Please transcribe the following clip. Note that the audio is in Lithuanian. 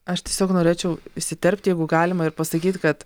aš tiesiog norėčiau įsiterpt jeigu galima ir pasakyt kad